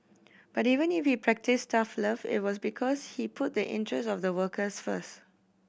but even if he practised tough love it was because he put the interest of the workers first